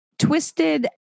twisted